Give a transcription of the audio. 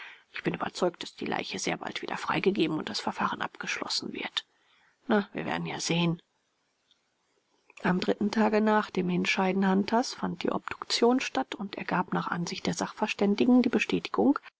ich bin überzeugt daß die leiche sehr bald wieder freigegeben und das verfahren abgeschlossen wird na wir werden ja sehen am dritten tage nach dem hinscheiden hunters fand die obduktion statt und ergab nach ansicht der sachverständigen die bestätigung